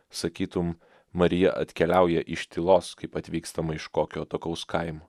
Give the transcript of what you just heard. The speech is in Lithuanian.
sakytum marija atkeliauja iš tylos kaip atvykstama iš kokio atokaus kaimo